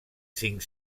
cinc